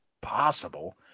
possible